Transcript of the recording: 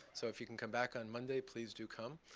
so if you can come back on monday, please do come.